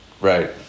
right